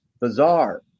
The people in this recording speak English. bizarre